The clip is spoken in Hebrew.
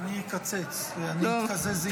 אני אקצץ, אני אתקזז עם אורית.